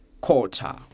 quarter